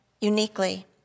uniquely